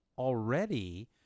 already